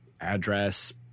address